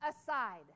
aside